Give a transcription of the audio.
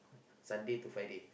Sunday to Friday